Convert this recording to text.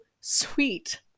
sweet